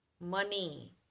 money